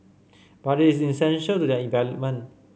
but it's essential to their